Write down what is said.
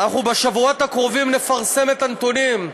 אנחנו בשבועות הקרובים נפרסם את הנתונים,